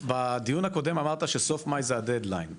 בדיון הקודם אמרת שסוף מאי זה הדד ליין.